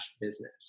business